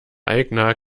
aigner